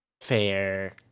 fair